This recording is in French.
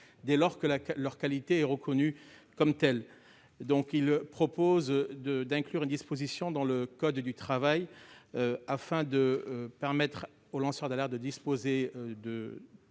dès lors qu'ils sont reconnus comme tels. Il a pour objet d'inclure une disposition dans le code du travail afin de permettre aux lanceurs d'alerte de disposer